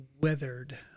Weathered